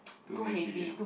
too heavy eh